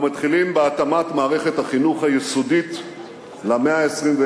אנחנו מתחילים בהתאמת מערכת החינוך היסודית למאה ה-21.